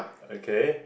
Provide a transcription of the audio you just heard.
okay